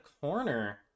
corner